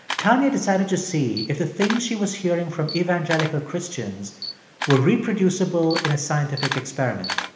tanya decided to see if the things she was hearing from evangelical christians were reproducible in a scientific experiment.